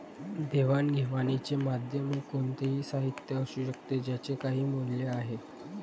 देवाणघेवाणीचे माध्यम हे कोणतेही साहित्य असू शकते ज्याचे काही मूल्य आहे